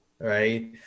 Right